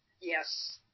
Yes